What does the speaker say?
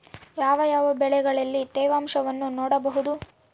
ಯಾವ ಯಾವ ಬೆಳೆಗಳಲ್ಲಿ ತೇವಾಂಶವನ್ನು ನೋಡಬಹುದು?